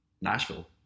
Nashville